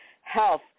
health